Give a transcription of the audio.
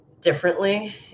differently